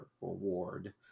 Reward